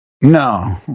No